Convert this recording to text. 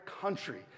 country